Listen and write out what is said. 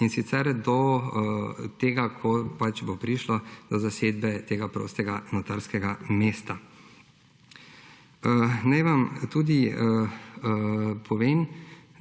in sicer do tedaj, ko pač bo prišlo do zasedbe tega prostega notarskega mesta. Naj vam tudi povem,